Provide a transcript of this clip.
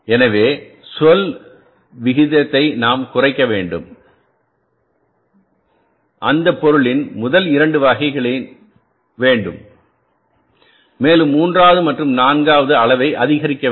எனவேசொல் விகிதத்தை நாம் குறைக்க அந்த பொருளின் முதல் 2 வகைகளின்வேண்டும் மேலும் மூன்றாவது மற்றும் நான்காவதுஅளவை அதிகரிக்க வேண்டும்